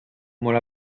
molt